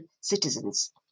citizens